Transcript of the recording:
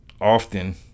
often